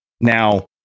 Now